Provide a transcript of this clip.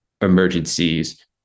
emergencies